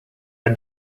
are